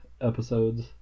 episodes